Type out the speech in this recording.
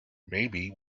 maybe